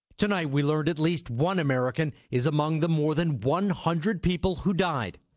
tonight we learned at least one american is among the more than one hundred people who died.